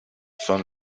son